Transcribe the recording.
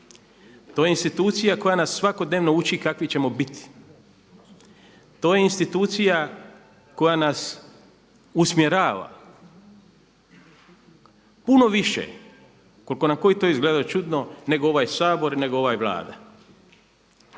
to je institucija koja nas svakodnevno uči kakvi ćemo biti, to je institucija koja nas usmjerava puno više koliko nam to izgledalo čudno nego ovaj Sabor, nego ova Vlada.